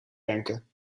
denken